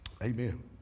Amen